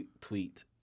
tweet